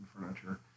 furniture